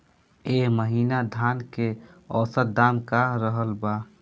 एह महीना धान के औसत दाम का रहल बा?